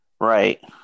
right